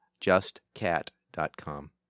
justcat.com